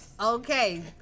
Okay